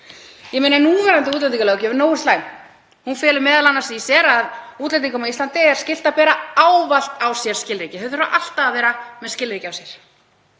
Íslandi. Núverandi útlendingalöggjöf er nógu slæm. Hún felur m.a. í sér að útlendingum á Íslandi er skylt að bera ávallt á sér skilríki. Þau þurfa alltaf að vera með skilríki á sér.